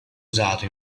usato